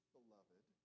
beloved